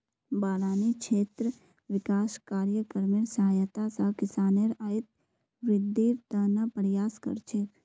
बारानी क्षेत्र विकास कार्यक्रमेर सहायता स किसानेर आइत वृद्धिर त न प्रयास कर छेक